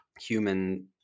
human